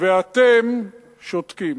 ואתם שותקים.